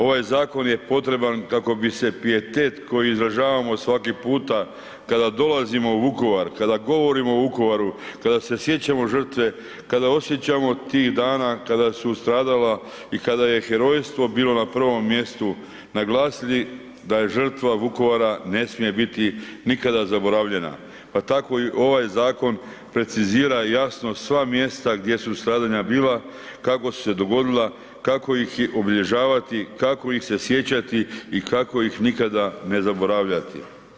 Ovaj zakon je potreban kako bi se pijetet koji izražavamo svaki puta kada dolazimo u Vukovar, kada govorimo o Vukovaru, kada se sjećamo žrtve, kada osjećamo tih dana kada su stradala i kada je herojstvo bilo na prvom mjestu naglasili da žrtva Vukovara ne smije biti nikada zaboravljena, pa tako i ovaj zakon precizira jasno sva mjesta gdje su stradanja bila, kako su se dogodila, kako ih obilježavati, kako ih se sjećati i kako ih nikada ne zaboravljati.